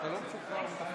משוחרר מתפקידך.